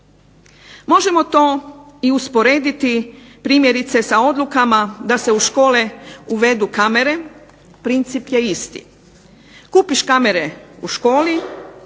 Možemo to i usporediti primjerice sa odlukama da se u škole uvedu kamere, princip je isti. Kupiš kamere u školi,